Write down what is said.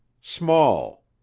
small